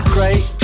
Great